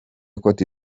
cote